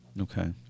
Okay